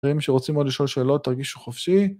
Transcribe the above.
אחרים שרוצים מאוד לשאול שאלות- תרגישו חופשי.